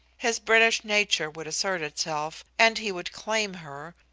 his british nature would assert itself, and he would claim her,